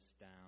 down